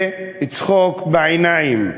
זה צחוק בעיניים.